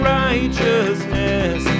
righteousness